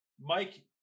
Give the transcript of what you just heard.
Mike